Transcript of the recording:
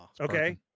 Okay